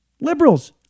Liberals